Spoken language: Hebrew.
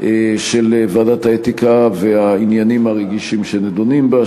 של ועדת האתיקה והעניינים הרגישים שנדונים בה,